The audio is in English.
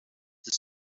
the